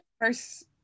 first